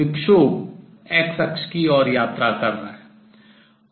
विक्षोभ x अक्ष की ओर travel यात्रा कर रहा है